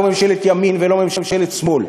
לא ממשלת ימין ולא ממשלת שמאל.